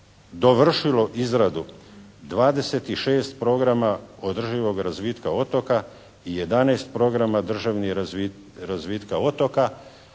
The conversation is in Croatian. dovršilo izradu 26 programa održivog razvitka otoka i 11 programa državnih razvitka otoka.